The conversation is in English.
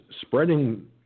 spreading